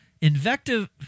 invective